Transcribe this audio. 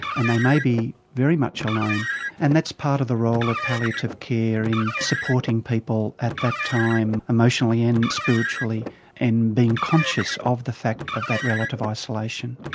and they may be very much alone and that's part of the role of palliative care in supporting people at that time emotionally and spiritually and being conscious of the fact of that relative isolation.